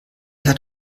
hat